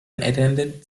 attended